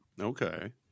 Okay